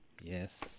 Yes